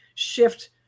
Shift